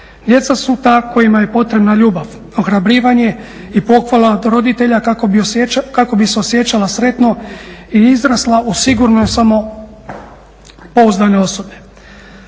Djeca su ta kojima je potrebna ljubav, ohrabrivanje i pohvala od roditelja kako bi se osjećala sretno i izrasla u sigurne samopouzdane osobe.